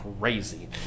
crazy